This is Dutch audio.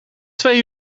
twee